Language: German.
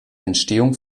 entstehung